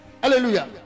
hallelujah